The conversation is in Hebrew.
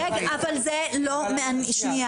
רגע, אבל זה לא מעניין.